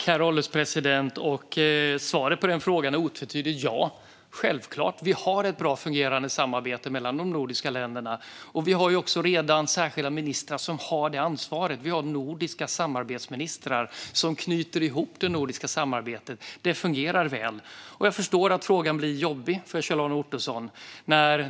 Herr ålderspresident! Svaret på den frågan är otvetydigt ja - självklart. Vi har ett bra fungerande samarbete mellan de nordiska länderna. Vi har också redan särskilda ministrar som har det ansvaret. Vi har nordiska samarbetsministrar som knyter ihop det nordiska samarbetet. Det fungerar väl. Jag förstår att frågan blir jobbig för Kjell-Arne Ottosson.